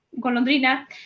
golondrina